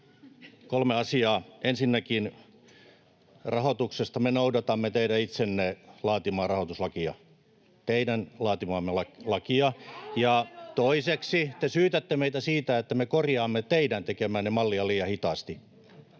Kolme asiaa: Ensinnäkin rahoituksesta: me noudatamme teidän itsenne laatimaa rahoituslakia — teidän laatimaanne lakia. Ja toiseksi: te syytätte meitä siitä, että me korjaamme teidän tekemäänne mallia liian hitaasti.